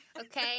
okay